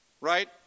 right